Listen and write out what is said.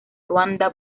ruanda